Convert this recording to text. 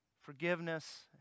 forgiveness